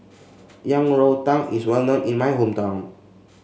Yang Rou Tang is well known in my hometown